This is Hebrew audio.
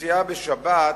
ואי-נסיעה בשבת,